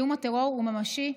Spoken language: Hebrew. איום הטרור הוא ממשי,